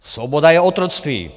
Svoboda je otroctví.